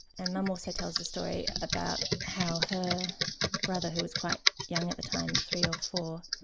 and mum also tells the story about how her brother, who was quite young at the time, three or four,